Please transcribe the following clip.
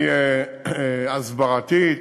הסברתית,